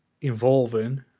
involving